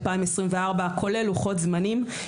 כולל לוחות זמנים.